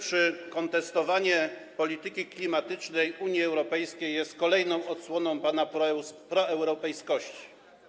Czy kontestowanie polityki klimatycznej Unii Europejskiej jest kolejną odsłoną pana proeuropejskości?